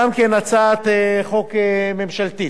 גם היא הצעת חוק ממשלתית.